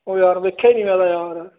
ਓ ਯਾਰ ਵੇਖਿਆ ਹੀ ਨਹੀਂ ਮੈਂ ਤਾਂ ਯਾਰ